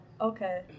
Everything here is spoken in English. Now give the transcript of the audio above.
okay